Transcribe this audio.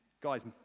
guys